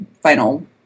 final